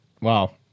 wow